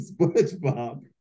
SpongeBob